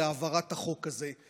להעברת החוק הזה.